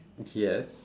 yes